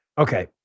Okay